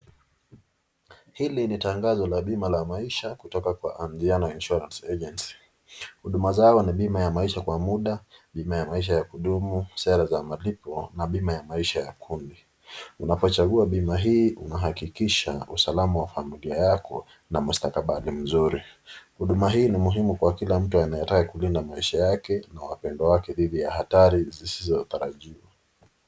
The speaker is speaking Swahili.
Hili ni tangazo la bima la maisha kutoka kwa Amjiano Insurance Agency. Huduma zao ni bima ya maisha kwa muda, bima ya maisha ya kudumu, sera za malipo na bima ya maisha ya kundi ,unapochagua bima hii unahakikisha usalama wa familia yako na mastakabadhi mzuri. Huduma hii ni muhimu kwa kila mtu anayetaka kulinda maisha yake na wapendwa wake dhidhi ya hatari zisizotarajiwa.